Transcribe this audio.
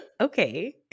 Okay